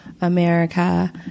America